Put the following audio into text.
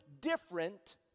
different